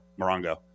Morongo